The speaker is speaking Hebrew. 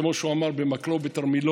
כמו שהוא אמר: במקלו ובתרמילו.